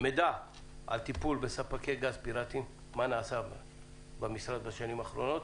מידע על טיפול בספקי גז פיראטיים מה נעשה במשרד בשנים האחרונות?